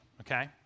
okay